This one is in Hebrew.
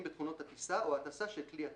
בתכונות הטיסה או ההטסה של כלי הטיס".